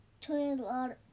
toilet